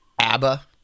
ABBA